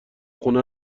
خونه